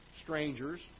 strangers